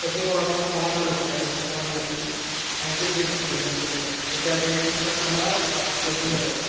तर ते फॉ तुम्हाला फॉम भरावे लागतील ॲप्लिकेशन फॉर्म भरावे लागतील आणि जे डेट्स असेल एक्झामचे वगैरे तर त्या डेटनुसार तुम्हाला ते एक्झाम द्यावा लागेल